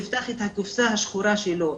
תפתח את הקופסה השחורה שלו.